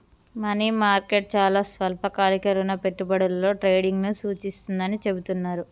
money market చాలా స్వల్పకాలిక రుణ పెట్టుబడులలో ట్రేడింగ్ను సూచిస్తుందని చెబుతున్నరు